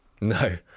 no